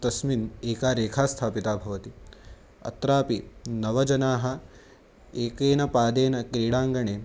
तस्मिन् एका रेखा स्थापिता भवति अत्रापि नवजनाः एकेन पादेन क्रीडाङ्गणे